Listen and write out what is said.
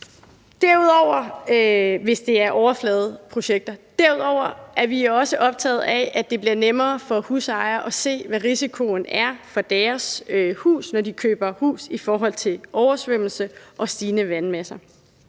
derudover er vi også optaget af, at det bliver nemmere for husejere at se, hvad risikoen er for deres hus, når de køber hus i forhold til oversvømmelse og stigende vandmasser.